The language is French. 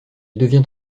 devient